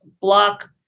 block